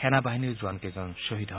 সেনা বাহিনীৰ জোৱানকেইজন শ্বহীদ হয়